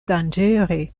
danĝere